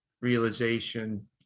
realization